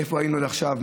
איפה היינו עד עכשיו?